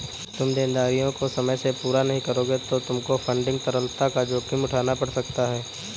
तुम देनदारियों को समय से पूरा नहीं करोगे तो तुमको फंडिंग तरलता का जोखिम उठाना पड़ सकता है